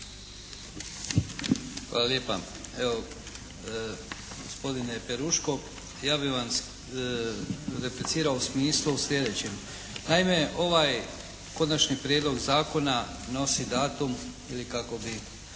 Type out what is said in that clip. Hvala lijepa. Evo, gospodine Peruško ja vam replicirao u smislu sljedećem. Naime, ovaj Konačni prijedlog zakona nosi datum ili kako bi